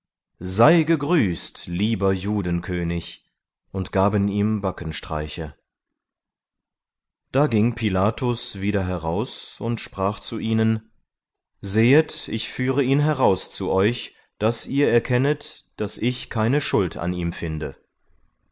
sei gegrüßt lieber judenkönig und gaben ihm backenstreiche da ging pilatus wieder heraus und sprach zu ihnen sehet ich führe ihn heraus zu euch daß ihr erkennt daß ich keine schuld an ihm finde